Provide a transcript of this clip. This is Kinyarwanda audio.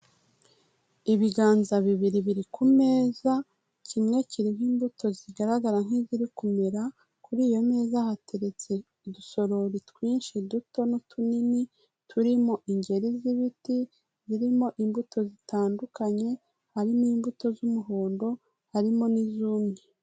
Ibiganza bibiri biri ku meza, kimwe kirimo imbuto zigaragara nk'iziri kumera, kuri iyo meza hateretse udusorori twinshi duto n'utunini turimo ingeri z'ibiti brimo imbuto zitandukanye, harimo imbuto z'umuhondo harimo n'izumye.